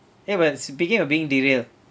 eh but speaking of being derail